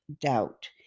doubt